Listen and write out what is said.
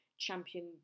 Champion